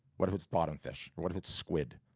what if it's bottom fish, or what if it's squid,